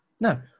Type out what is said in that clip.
No